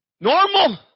normal